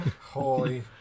Holy